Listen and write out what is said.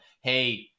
Hey